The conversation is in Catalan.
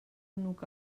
nuc